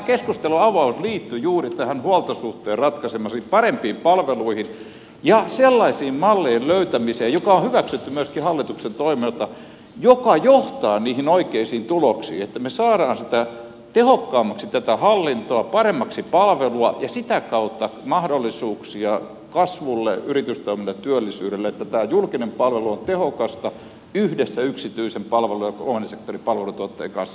tämä keskustelunavaus liittyi juuri tähän huoltosuhteen ratkaisemiseen parempiin palveluihin ja sellaisten mallien löytämiseen jotka on hyväksytty myöskin hallituksen toimesta jotka johtavat niihin oikeisiin tuloksiin että me saamme tehokkaammaksi tätä hallintoa paremmaksi palvelua ja sitä kautta mahdollisuuksia kasvulle yritystoiminnalle työllisyydelle ja että tämä julkinen palvelu on tehokasta yhdessä yksityisen ja kolmannen sektorin palveluntuottajien kanssa